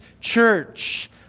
church